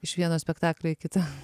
iš vieno spektaklio į kitą